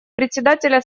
председателя